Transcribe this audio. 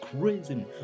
crazy